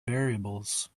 variables